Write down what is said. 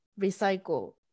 recycle